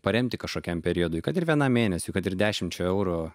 paremti kažkokiam periodui kad ir vienam mėnesiui kad ir dešimčia eurų